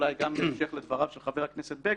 אולי גם בהמשך לדבריו של חבר הכנסת בגין,